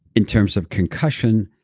in terms of concussion,